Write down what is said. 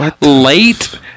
late